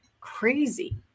crazy